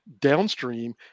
downstream